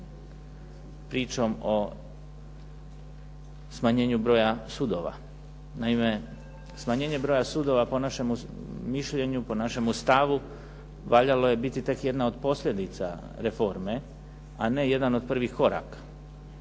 pričom o smanjenju broja sudova. Naime, smanjenje broja sudova po našemu mišljenju, po našemu stavu valjalo je biti tek jedna od posljedica reforme, a ne jedan od prvih koraka.